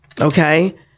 okay